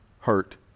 hurt